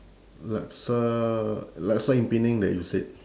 laksa laksa in penang that you said